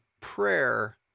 prayer